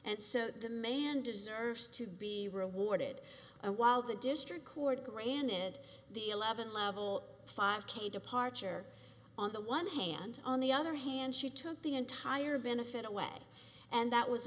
and so the man deserves to be rewarded while the district court granted the eleven level five k departure on the one hand on the other hand she took the entire benefit away and that was